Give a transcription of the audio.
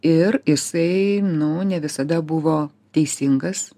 ir jisai nu ne visada buvo teisingas